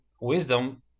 wisdom